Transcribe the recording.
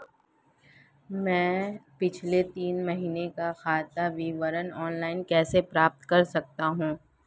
मैं पिछले तीन महीनों का खाता विवरण ऑनलाइन कैसे प्राप्त कर सकता हूं?